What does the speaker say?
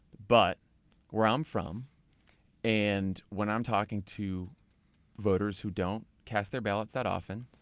but where i'm from and when i'm talking to voters who don't cast their ballots that often,